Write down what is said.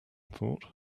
thought